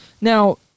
Now